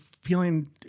feeling